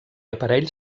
aparell